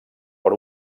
per